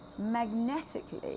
Magnetically